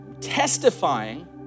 testifying